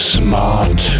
smart